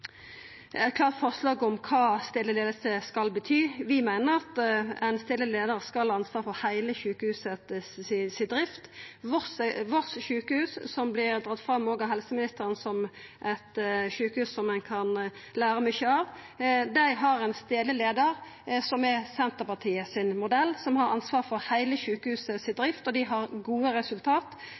forslag om kva stadleg leiing skal bety. Vi meiner at ein stadleg leiar skal ha ansvar for drifta av heile sjukehuset. Voss sjukehus, som vert dratt fram av helseministeren som eit sjukehus som ein kan læra mykje av, har ein stadleg leiar, som er Senterpartiets modell, som har ansvar for heile sjukehusdrifta, og dei har gode resultat.